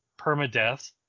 permadeath